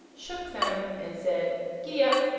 shook them, and said gid-dap!